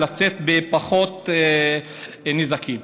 לצאת בפחות נזקים.